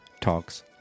Talks